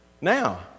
now